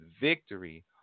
victory